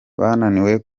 bananiwe